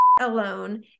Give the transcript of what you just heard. alone